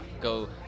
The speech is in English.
go